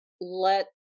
let